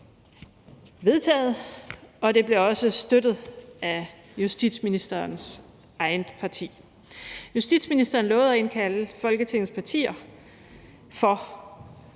vedtaget, og det blev også støttet af justitsministerens eget parti. Justitsministeren lovede at indkalde Folketingets partier for: